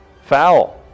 Foul